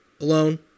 alone